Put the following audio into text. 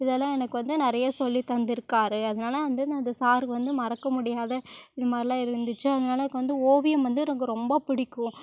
இதெல்லாம் எனக்கு வந்து நிறைய சொல்லி தந்துருக்கார் அதனால வந்து நான் அந்த சாருக்கு வந்து மறக்க முடியாத இது மாதிரிலாம் இருந்துச்சு அதனால எனக்கு வந்து ஓவியம் வந்து எனக்கு ரொம்ப பிடிக்கும்